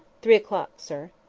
three o'clock, sir.